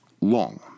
long